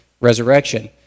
resurrection